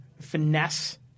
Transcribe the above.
finesse